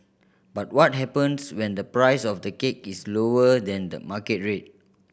but what happens when the price of the cake is lower than the market rate